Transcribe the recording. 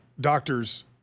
doctors